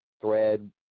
thread